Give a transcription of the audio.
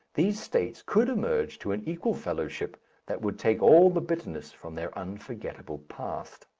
these states could emerge to an equal fellowship that would take all the bitterness from their unforgettable past.